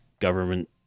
government